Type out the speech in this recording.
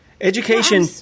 Education